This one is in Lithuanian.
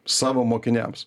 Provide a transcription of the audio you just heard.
savo mokiniams